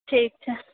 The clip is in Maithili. ठीक छै